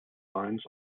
signs